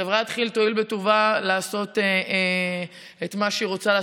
חברת כיל תואיל בטובה לעשות את מה שהיא רוצה לעשות,